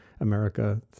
America